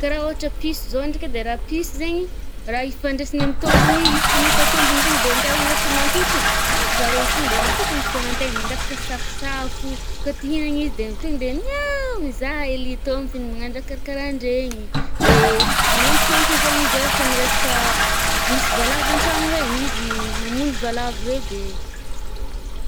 Karaha ôhatra piso zao ndraiky edy raha piso zaigny raha ifandraisany amy tômpiny, izy kôa mahita tômpiny ton'de anao ohatra mantotry igny, avy aroy izy ton'de mantotry amy ampofoantegna mangataka safosafo. Koa te ihinagna izy de ton'de miao mizaha hely tômpony managno raha karakaraha andregny. De magnampy tômpony zaigny izy ôhatra amy resaka misy voalavo an-tragno regny izy mamono voalavo reo de zay.